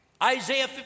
Isaiah